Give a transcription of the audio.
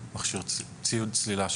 כל פעם כשנכנסים לצלילה,